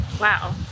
Wow